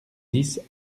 dix